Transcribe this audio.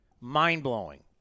Mind-blowing